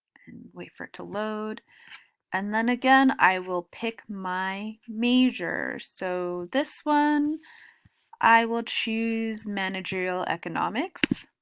and wait for it to load and then again i will pick my major. so this one i will choose managerial economics